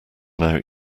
now